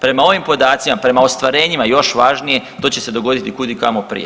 Prema ovim podacima, prema ostvarenjima još važnije, to će se dogoditi kudikamo prije.